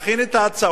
נכין את ההצעות